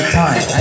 time